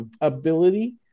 ability